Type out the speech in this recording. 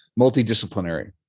multidisciplinary